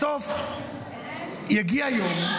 בסוף יגיע היום,